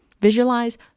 visualize